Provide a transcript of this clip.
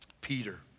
Peter